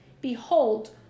Behold